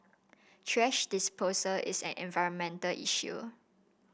thrash disposal is an environmental issue